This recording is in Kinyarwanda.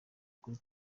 kuri